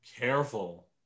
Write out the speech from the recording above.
careful